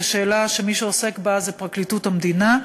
שאלה שמי שעוסק בה זה פרקליטות המדינה.